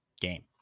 game